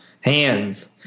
Hands